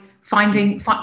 finding